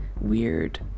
Weird